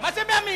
מה זה מאמין?